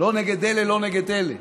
לא נגד אלה ולא נגד אלה,